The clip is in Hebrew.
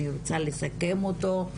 אני רוצה לסכם אותו,